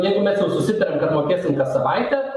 jeigu mes jau susitarėm kad mokėsim kas savaitę